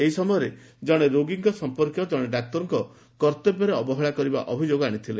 ଏହି ସମୟରେ ଜଣେ ରୋଗୀଙ୍କ ସଂପର୍କୀୟ କଣେ ଡାକ୍ତର କର୍ଉବ୍ୟରେ ଅବହେଳା କରିବା ଅଭିଯୋଗ ଆଶିଥିଲେ